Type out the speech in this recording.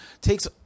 takes